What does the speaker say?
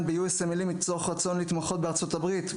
ב-USMLE מתוך רצון להתמחות בארצות-הברית,